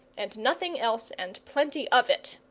and nothing else, and plenty of it.